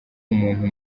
umuntu